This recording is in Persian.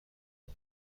کار